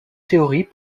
théorie